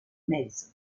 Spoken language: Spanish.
madison